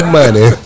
money